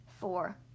four